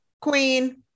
queen